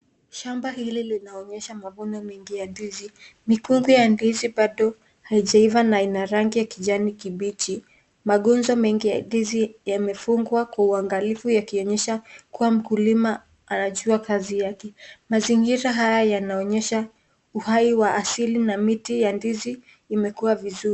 Shamba hili linaonyesha mavuno mengi ya ndizi mikungu ya ndizi bado hazijaiva na ina rangi ya kijani kibichi magomba mengi ya ndizi yamefungwa kwa uangalifu kuonyesha kuwa mkulima anajua kazi yake mazingira haya yanaonyesha uhai wa asili na miti ya ndizi imekuwa vizuri.